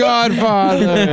Godfather